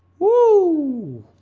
whoo